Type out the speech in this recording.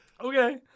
Okay